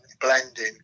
blending